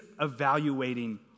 evaluating